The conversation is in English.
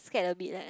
scared a bit eh